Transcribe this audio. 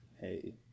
Hey